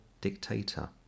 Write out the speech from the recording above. dictator